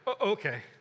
okay